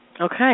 Okay